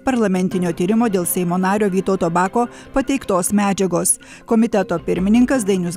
parlamentinio tyrimo dėl seimo nario vytauto bako pateiktos medžiagos komiteto pirmininkas dainius